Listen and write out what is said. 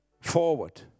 forward